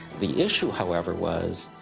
the issue however was,